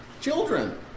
Children